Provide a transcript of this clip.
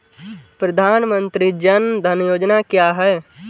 प्रधानमंत्री जन धन योजना क्या है?